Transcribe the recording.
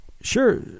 Sure